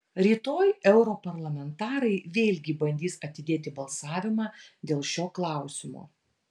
rytoj europarlamentarai vėlgi bandys atidėti balsavimą dėl šio klausimo